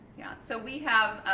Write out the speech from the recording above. yeah so, we have